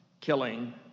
killing